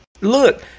look